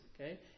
okay